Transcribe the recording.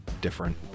different